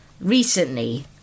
recently